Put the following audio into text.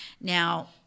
Now